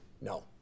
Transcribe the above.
No